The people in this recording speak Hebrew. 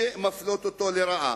שמפלות אותו לרעה.